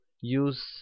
use